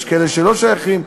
יש כאלה שלא שייכים.